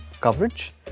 coverage